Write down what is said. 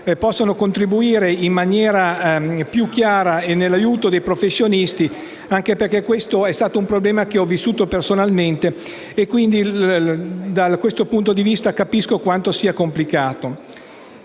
uffici legali in maniera più chiara nell'aiuto ai professionisti, anche perché questo è stato un problema che ho vissuto personalmente e quindi da questo punto di vista capisco quando sia complicato.